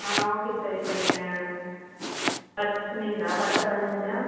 ஆ okay sir இப்போ நீங்கள் பத்து சொன்னிங்களா பத்தா பதினஞ்சா